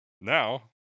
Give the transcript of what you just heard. now